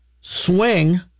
swing